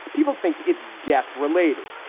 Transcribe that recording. people think it's death related.